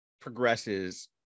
progresses